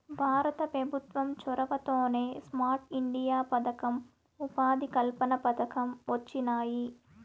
భారత పెభుత్వం చొరవతోనే స్మార్ట్ ఇండియా పదకం, ఉపాధి కల్పన పథకం వొచ్చినాయి